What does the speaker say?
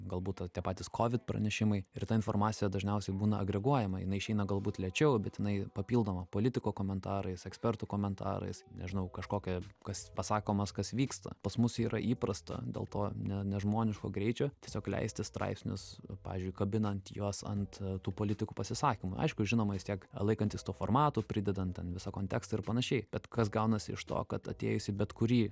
galbūt ta tie patys kovid pranešimai ir ta informacija dažniausiai būna agreguojama jinai išeina galbūt lėčiau bet inai papildoma politikų komentarais ekspertų komentarais nežinau kažkokia kas pasakoma kas vyksta pas mus yra įprasta dėl to ne nežmoniško greičio tiesiog leisti straipsnius pavyzdžiui kabinant juos ant tų politikų pasisakymų aišku žinoma vis tiek laikantis to formato pridedant ten visą kontekstą ir panašiai bet kas gaunasi iš to kad atėjus į bet kurį